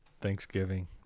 Thanksgiving